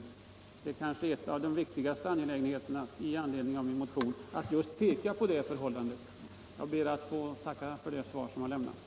En av de viktigaste anledningarna för mig att interpellera var just att peka på den situationen. Jag ber att få tacka för det svar som har lämnats.